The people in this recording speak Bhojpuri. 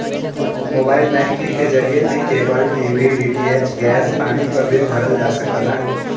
मोबाइल बैंकिंग के जरिए भी केबल टी.वी डी.टी.एच गैस पानी क बिल भरल जा सकला